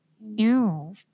no